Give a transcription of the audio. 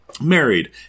married